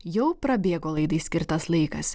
jau prabėgo laidai skirtas laikas